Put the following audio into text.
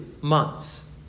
months